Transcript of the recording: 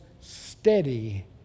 steady